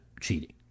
cheating